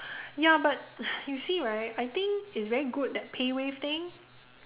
ya but you see right I think it's very good that PayWave thing